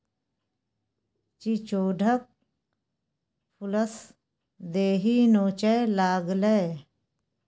चिचोढ़क फुलसँ देहि नोचय लागलै